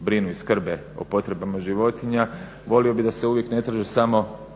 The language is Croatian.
brinu i skrbe o potrebama životinja volio bih da se uvijek ne traže samo